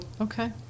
Okay